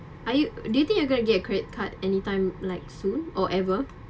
are you do you think you going to get credit card anytime like soon or ever